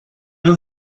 know